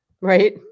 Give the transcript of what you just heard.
right